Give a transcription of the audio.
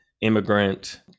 immigrant